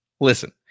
Listen